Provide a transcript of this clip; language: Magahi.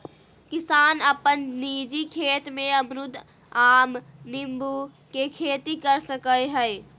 किसान अपन निजी खेत में अमरूद, आम, नींबू के खेती कर सकय हइ